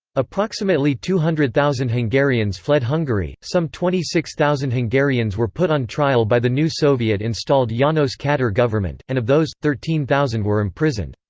approximately two hundred thousand hungarians fled hungary, some twenty six thousand hungarians were put on trial by the new soviet-installed janos kadar government, and of those, thirteen thousand were imprisoned.